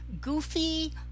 goofy